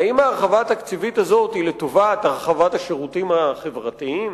האם ההרחבה התקציבית הזאת היא לטובת הרחבת השירותים החברתיים?